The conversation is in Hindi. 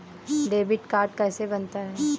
डेबिट कार्ड कैसे बनता है?